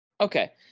okay